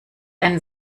ein